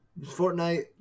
Fortnite